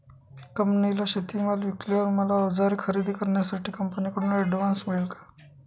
कंपनीला शेतीमाल विकल्यावर मला औजारे खरेदी करण्यासाठी कंपनीकडून ऍडव्हान्स मिळेल का?